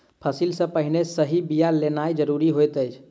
फसिल सॅ पहिने सही बिया लेनाइ ज़रूरी होइत अछि